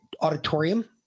auditorium